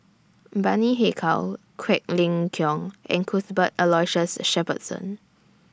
Bani Haykal Quek Ling Kiong and Cuthbert Aloysius Shepherdson